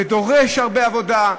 זה דורש הרבה עבודה,